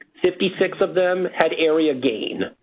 fifty six of them had area gain,